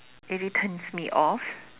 really turns me off